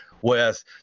whereas